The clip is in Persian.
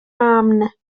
امن